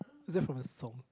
is that from a song